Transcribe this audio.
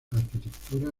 arquitectura